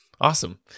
Awesome